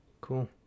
Cool